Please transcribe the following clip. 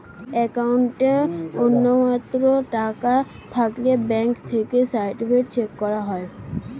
অ্যাকাউন্টে ন্যূনতম পরিমাণ টাকা থাকলে ব্যাঙ্ক থেকে সার্টিফায়েড চেক পাওয়া যায়